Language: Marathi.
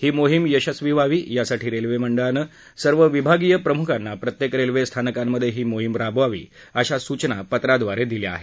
ही मोहीम यशस्वी व्हावी यासाठी रेल्वे महामंडळानं सर्व विभागीय प्रमुखांना प्रत्येक रेल्वे स्थानकांमध्ये ही मोहीम राबवावी अशा सूचना पत्राद्वारे दिल्या आहेत